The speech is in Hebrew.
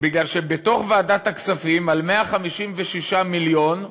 כי בתוך ועדת הכספים, על 156 מיליון,